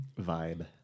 vibe